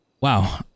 wow